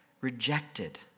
Rejected